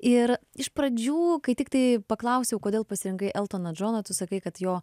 ir iš pradžių kai tiktai paklausiau kodėl pasirinkai eltoną džoną tu sakai kad jo